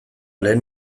lehen